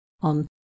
on